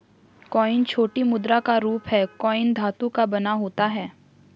coin छोटी मुद्रा का रूप है कॉइन धातु का बना होता है